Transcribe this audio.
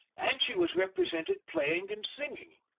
and she was represented playing and singing.